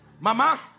mama